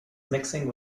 mixing